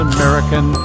American